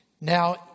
Now